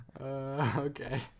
Okay